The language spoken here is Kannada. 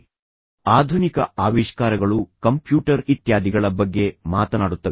ಆದ್ದರಿಂದ ಆಧುನಿಕ ಆವಿಷ್ಕಾರಗಳು ಕಂಪ್ಯೂಟರ್ ಇತ್ಯಾದಿಗಳ ಬಗ್ಗೆ ಮಾತನಾಡುತ್ತವೆ